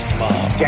mom